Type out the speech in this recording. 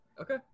Okay